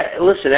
listen